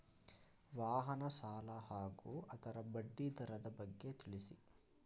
ವಾಹನ ಸಾಲ ಹಾಗೂ ಅದರ ಬಡ್ಡಿ ದರದ ಬಗ್ಗೆ ತಿಳಿಸಿ?